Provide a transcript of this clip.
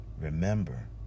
Remember